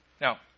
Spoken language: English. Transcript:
Now